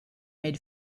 made